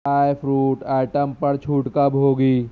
dry fruit item پر چھوٹ کب ہوگی